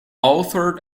authored